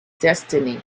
destiny